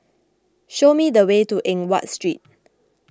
show me the way to Eng Watt Street